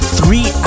three